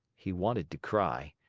he wanted to cry,